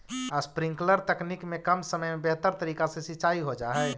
sprinkler तकनीक में कम समय में बेहतर तरीका से सींचाई हो जा हइ